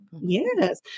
yes